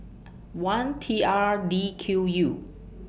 one T R D Q U